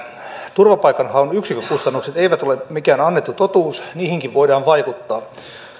turvapaikanhaun yksikkökustannukset eivät ole mikään annettu totuus niihinkin voidaan vaikuttaa